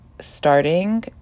starting